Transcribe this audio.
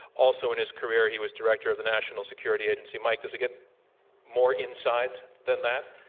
also in his career, he was director of the national security agency. mike, does it get more inside than that?